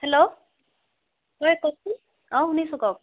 hello অ শুনিছোঁ কওক